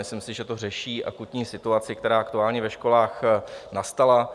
Myslím si, že to řeší akutní situaci, která aktuálně ve školách nastala.